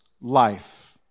life